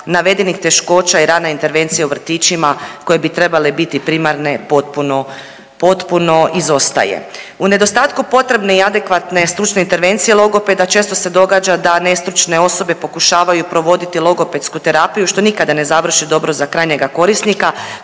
navedenih teškoća i rana intervencija u vrtićima koje bi trebale biti primarne potpuno, potpuno izostaje. U nedostatku potrebne i adekvatne stručne intervencije logopeda često se događa da nestručne osobe pokušavaju provoditi logopedsku terapiju što nikada ne završi dobro za krajnjega korisnika.